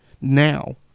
now